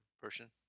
Person